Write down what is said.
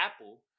Apple